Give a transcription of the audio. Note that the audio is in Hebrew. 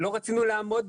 לא רצינו לעמוד